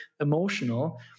emotional